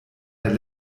der